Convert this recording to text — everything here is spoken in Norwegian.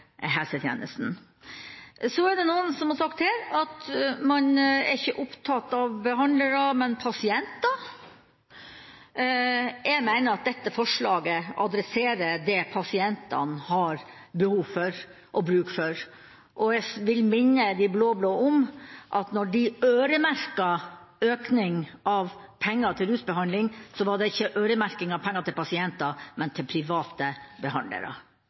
helsetjenesten. Så er det noen som har sagt at man ikke er opptatt av behandlere, men pasienter. Jeg mener at dette forslaget adresserer det pasientene har behov for og bruk for. Jeg vil minne de blå-blå om at da de øremerket økning av penger til rusbehandling, var det ikke øremerking av penger til pasienter, men til private behandlere.